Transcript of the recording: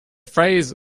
phrase